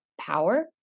power